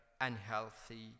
unhealthy